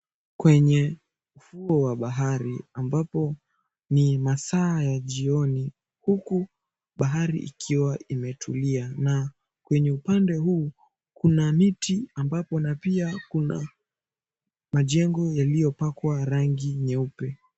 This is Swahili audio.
Kwenye ufuo wa bahari, ambapo ni masaa ya jioni huku bahari ikiwa imetulia, na kwenye upande huu kuna miti, ambapo pia kuna majengo yaliyopakwa rangi nyeupe.